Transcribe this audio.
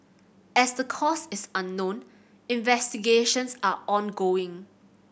as the cause is unknown investigations are ongoing